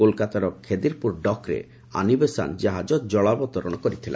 କୋଲକାତାର ଖେଦିରପୁର ଡକ୍ରେ Annie Besant ଜାହାଜ ଜଳାବତରଣ କରିଥିଲା